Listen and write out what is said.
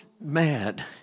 mad